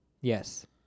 Yes